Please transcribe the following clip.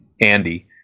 Andy